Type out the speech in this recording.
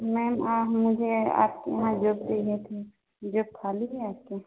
ma'am मुझे आपके यहाँ जॉब चाहिए थी जॉब खाली है आपके